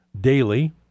daily